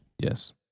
Yes